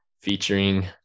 featuring